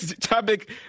topic